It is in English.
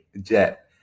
jet